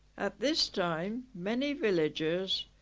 at this time many villagers